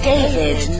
David